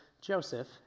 Joseph